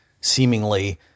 seemingly